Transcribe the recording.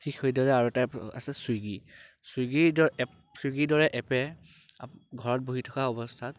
ঠিক সেইদৰে আৰু এটা এপ আছে চুইগি চুইগিৰ এপ চুইগিৰ দৰে এপে ঘৰত বহি থকা অৱস্থাত